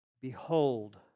Behold